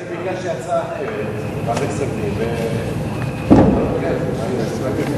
ביקשתי הצעה אחרת, ועדת הכספים.